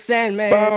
Sandman